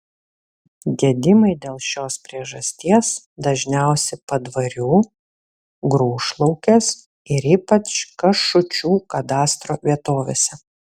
gedimai dėl šios priežasties dažniausi padvarių grūšlaukės ir ypač kašučių kadastro vietovėse